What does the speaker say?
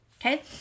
Okay